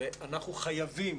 ואנחנו חייבים,